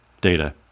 Data